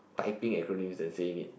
typing acronyms and saying it